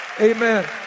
Amen